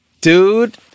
Dude